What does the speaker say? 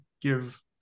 give